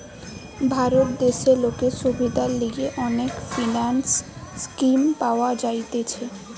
ভারত দেশে লোকের সুবিধার লিগে অনেক ফিন্যান্স স্কিম পাওয়া যাইতেছে